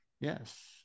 yes